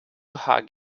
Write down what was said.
hug